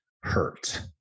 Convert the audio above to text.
hurt